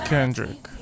Kendrick